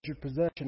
possession